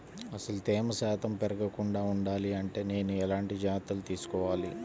అసలు తేమ శాతం పెరగకుండా వుండాలి అంటే నేను ఎలాంటి జాగ్రత్తలు తీసుకోవాలి?